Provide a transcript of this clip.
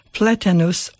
platanus